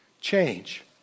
change